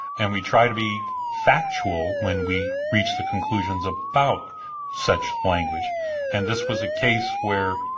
and we try to be factual when we reach the conclusions about such language and this was a case where,